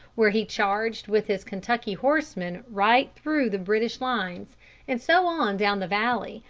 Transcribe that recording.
where he charged with his kentucky horsemen right through the british lines and so on down the valley,